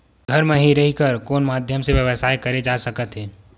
घर म हि रह कर कोन माध्यम से व्यवसाय करे जा सकत हे?